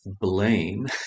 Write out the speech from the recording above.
blame